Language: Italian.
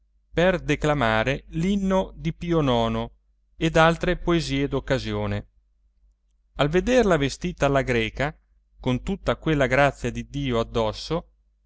per declamare l'inno di pio nono ed altre poesie d'occasione al vederla vestita alla greca con tutta quella grazia di dio addosso